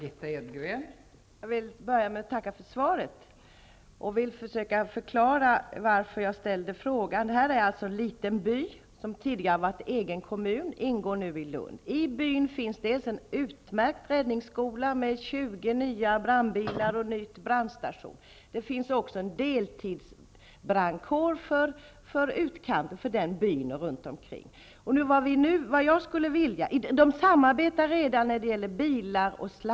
Fru talman! Jag vill först tacka för svaret och försöka förklara varför jag ställde min fråga. Det gäller en liten by, som tidigare har varit egen kommun men som nu ingår i Lunds kommun. I byn finns dels en utmärkt räddningsskola med 20 nya brandbilar och en ny brandstation. Det finns också en deltidsbrandkår för byns utkanter och det omgivande området. Man samarbetar redan när det gäller bilar och slangar.